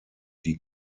die